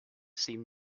seemed